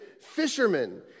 fishermen